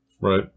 Right